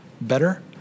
better